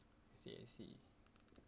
I see I see